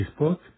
Facebook